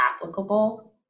applicable